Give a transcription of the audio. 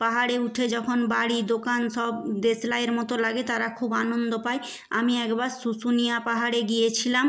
পাহাড়ে উঠে যখন বাড়ি দোকান সব দেশলাইয়ের মতো লাগে তারা খুব আনন্দ পায় আমি একবার শুশুনিয়া পাহাড়ে গিয়েছিলাম